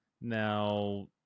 Now